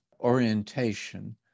orientation